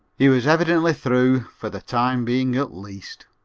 he was evidently through for the time being at least.